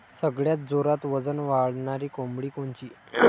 सगळ्यात जोरात वजन वाढणारी कोंबडी कोनची?